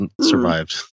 survived